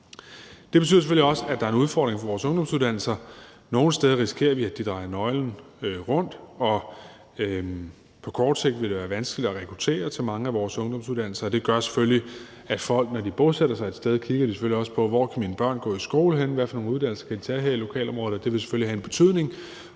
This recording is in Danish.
Det betyder selvfølgelig også, at der er en udfordring for vores ungdomsuddannelser. Nogle steder risikerer vi, at de drejer nøglen om. På kort sigt vil det være vanskeligt at rekruttere til mange af vores ungdomsuddannelser, og det gør selvfølgelig, at folk, når de bosætter sig et sted, selvfølgelig også kigger på, hvor deres børn kan gå i skole henne, og hvilke uddannelser de kan tage her i lokalområdet. Det vil selvfølgelig have en betydning.